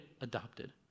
adopted